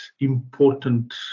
Important